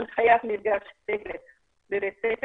הנחיית מפגש בבית הספר